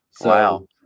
Wow